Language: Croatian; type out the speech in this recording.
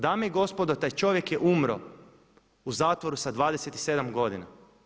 Dame i gospodo taj čovjek je umro u zatvoru sa 27 godina.